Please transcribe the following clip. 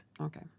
Okay